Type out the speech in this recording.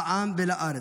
לעם ולארץ.